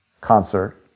concert